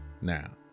now